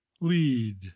lead